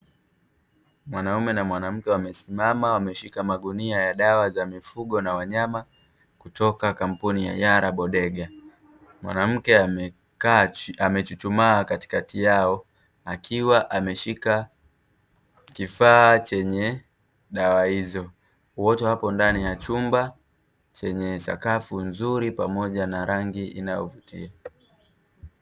Mwanaume na mwanamke wamesimama wameshika magunia ya dawa za mifugo na wanyama kutoka kampuni ya yarabodega. Mwanamke amekaa amechuchumaa katikati yao akiwa ameshika chenye dawa hizo, wote wapo ndani ya chumba chenye sakafu nzuri pamoja na rangi inayovutia.